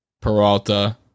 Peralta